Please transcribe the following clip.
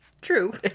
true